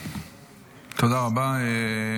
תודה רבה.